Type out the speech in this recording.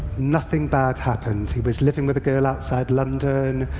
nothing bad happened. he was living with a girl outside london.